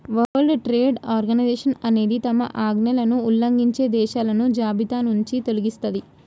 world Trade Organization అనేది తమ ఆజ్ఞలను ఉల్లంఘించే దేశాలను జాబితానుంచి తొలగిస్తది